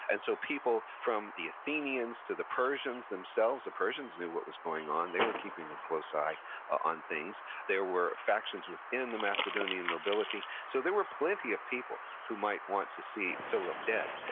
and so, people from the athenians to the persians themselves, the persians knew what was going on, they were keeping a close eye on things. there were factions within the macedonian nobility. so, there were plenty of people who might want to see philip dead.